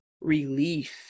Relief